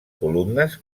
columnes